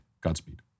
Godspeed